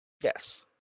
Yes